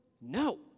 No